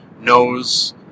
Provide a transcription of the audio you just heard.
knows